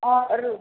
ஆ ஒரு